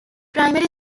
primary